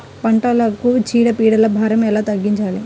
పంటలకు చీడ పీడల భారం ఎలా తగ్గించాలి?